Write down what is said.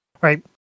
Right